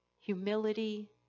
humility